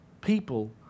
people